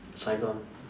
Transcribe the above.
Saigon